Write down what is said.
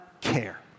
care